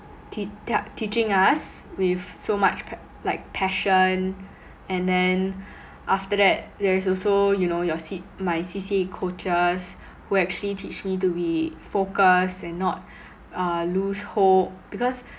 tea~ ta~ teaching us with so much pa~ like passion and then after that there's also you know your C my C_C_A coaches who actually teach me to be focused and not uh lose hope because